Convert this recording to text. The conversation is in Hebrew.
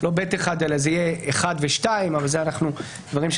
אנחנו תומכים,